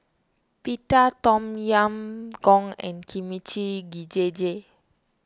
Pita Tom Yam Goong and Kimchi Jjigae